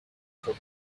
for